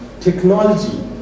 technology